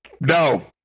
no